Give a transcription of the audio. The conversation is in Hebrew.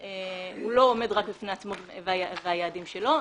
הוא לא עומד רק בפני עצמו והיעדים שלו,